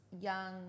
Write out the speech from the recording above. young